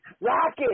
rocket